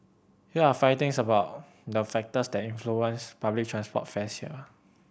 here are five things about the factors that influence public transport fares here